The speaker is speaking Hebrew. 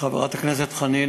חברת הכנסת חנין,